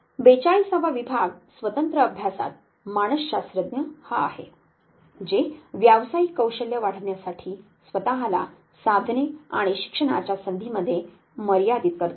42 वा विभाग स्वतंत्र अभ्यासात मानसशास्त्रज्ञ हा आहे जे व्यावसायिक कौशल्ये वाढविण्यासाठी स्वत ला साधने आणि शिक्षणाच्या संधींमध्ये मर्यादित करतात